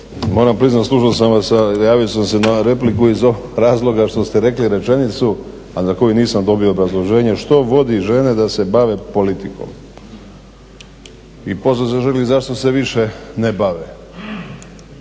moram priznat slušao sam vas, javio sam se na repliku iz razloga što ste rekli rečenicu, a za koju nisam dobio obrazloženje, što vodi žene da se bave politikom i poslije … zašto se više ne bave.